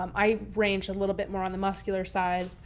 um i range a little bit more on the muscular side,